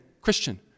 Christian